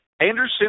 Anderson